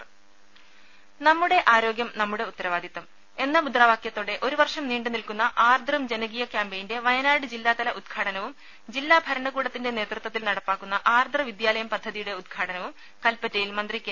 ദരദ നമ്മുടെ ആരോഗ്യം നമ്മുടെ ഉത്തരവാദിത്തം എന്ന മുദ്രാവാക്യത്തോടെ ഒരു വർഷം നീണ്ട് നിൽക്കുന്ന ആർദ്രം ജനകീയ കാമ്പയിന്റെ വയനാട് ജില്ലാതല ഉദ്ഘാടനവും ജില്ലാ ഭരണകൂടത്തിന്റെ നേതൃത്വത്തിൽ നടപ്പാക്കുന്ന ആർദ്ര വിദ്യാലയം പദ്ധതിയുടെ ഉദ്ഘാടനവും കൽപറ്റയിൽ മന്ത്രി കെ